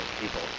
people